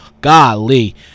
Golly